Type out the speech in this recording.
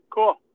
Cool